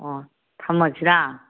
ꯑꯣ ꯊꯝꯂꯁꯤꯔꯥ